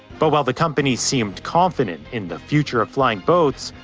but while the company seemed confident in the future of flying boats,